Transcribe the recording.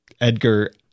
edgar